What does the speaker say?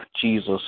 Jesus